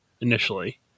initially